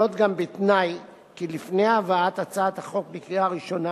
זאת גם בתנאי כי לפני הבאת הצעת החוק לקריאה ראשונה